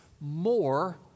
more